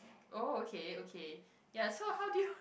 oh okay okay ya so how do you